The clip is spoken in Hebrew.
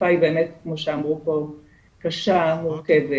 התקופה היא באמת כמו שאמרו פה קשה ומורכבת,